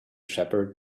shepherd